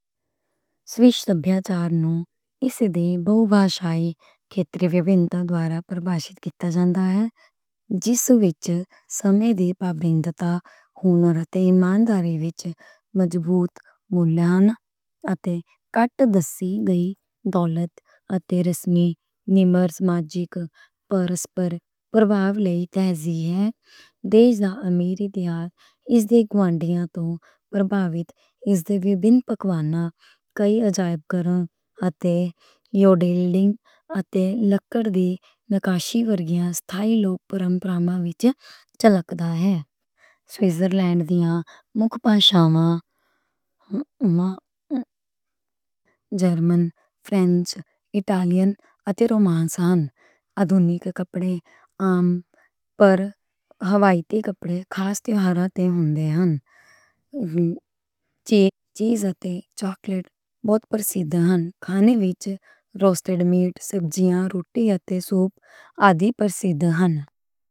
سوئس معاشرت نوں اس دی بہوبھاشائی خیتری وِنوکتّا دوارہ پروشِت کیتا جاندا ہے۔ جس وِچ سمے دی پابندی، ہنر اتے امانداری وِچ مضبوط مولیاں ہن۔ اتے قدردانیِ دولت اتے رسمی، وِنمر سماجک پرسپَر پربھاؤ دی تہذیب ہے۔ سوئزر لینڈ دی وِنوکتّا پکواناں، کئی اجائکاراں اتے یوڈیلنگ اتے لکڑ دے نکاشی ورگیاں ستھائی لوک پرمپراں وِچ جھلکدی ہے۔ سوئزر لینڈ دیاں مکھ پاشاماں جرمن، فرنچ، اٹالین اتے رومانش ہن۔ ادونک کپڑے عام ہن، پر روایتّی کپڑے خاص تہواراں تے ہوندے ہن۔ چیز اتے چاکلیٹ بہُت پرسِدھ ہن۔ کھانے وِچ روَسٹیڈ میٹ، سبزیاں اتے روٹی پرسِدھ ہن۔